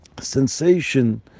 sensation